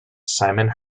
simon